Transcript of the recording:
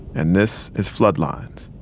and this is floodlines